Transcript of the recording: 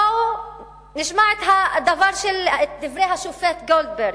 בואו נשמע את דברי השופט גולדברג,